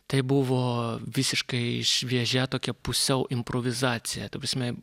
tai buvo visiškai šviežia tokia pusiau improvizacija ta prasme